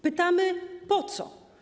Pytamy po co?